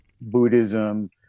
Buddhism